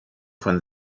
von